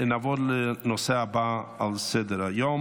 נעבור לנושא הבא על סדר-היום